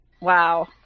Wow